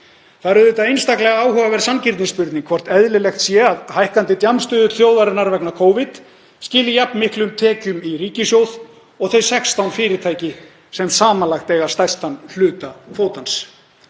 Það er auðvitað einstaklega áhugaverð sanngirnisspurning hvort eðlilegt sé að hækkandi djammstuðull þjóðarinnar vegna Covid skili jafn miklum tekjum í ríkissjóð og þau 16 fyrirtæki sem samanlagt eiga stærstan hluta kvótans.